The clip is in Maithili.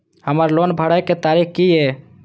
हमर लोन भरय के तारीख की ये?